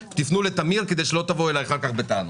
פנו לטמיר כדי שלא תבואו אלי בטענות.